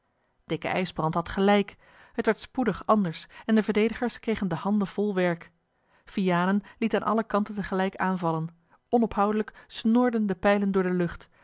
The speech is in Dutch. dikke ijsbrand had gelijk t werd spoedig anders en de verdedigers kregen de handen vol werk vianen liet aan alle kanten tegelijk aan vallen onophoudelijk snorden de pijlen door de lucht